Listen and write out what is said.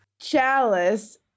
Chalice